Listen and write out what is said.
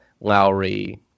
Lowry